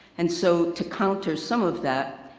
and so to counter some of that,